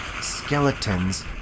skeletons